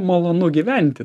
malonu gyventi